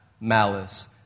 malice